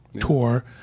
tour